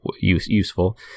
useful